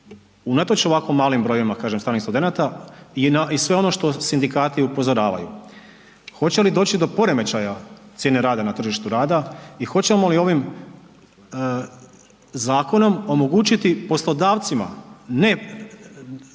i unatoč ovako malim brojevima stranih studenata i na sve ono što sindikati upozoravaju, hoće li doći do poremećaja cijene rada na tržištu rada i hoćemo li ovim zakonom omogućiti poslodavcima ne